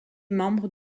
membres